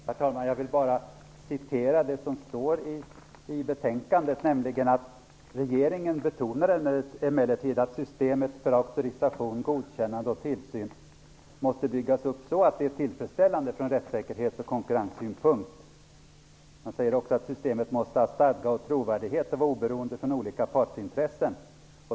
Herr talman! Jag vill bara citera det som står i betänkandet, nämligen att: ''Regeringen betonar emellertid att systemet för auktorisation, godkännande och tillsyn måste byggas upp så att det är tillfredsställande från rättssäkerhets och konkurrenssynpunkt. Vidare måste systemet ha stadga och trovärdighet samt vara oberoende från olika partsintressen.